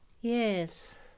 Yes